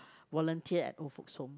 volunteer at old folks home